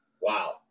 wow